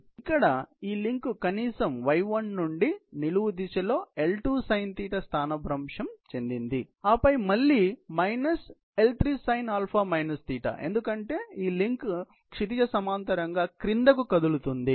కాబట్టి ఇక్కడ ఈ లింక్ కనీసం y1 నుండి నిలువు దిశలో L2 sin θ స్థానభ్రంశం చెందింది ఆపై మళ్ళీ L3 sin α θ ఎందుకంటే ఈ లింక్ ఇప్పుడు క్షితిజ సమాంతరంగా క్రిందకు కు కదులుతుంది